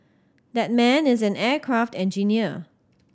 that man is an aircraft engineer